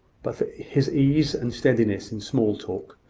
but for his ease and steadiness in small talk,